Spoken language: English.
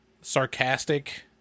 sarcastic